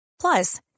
Plus